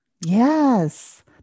Yes